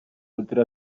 oltre